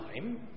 time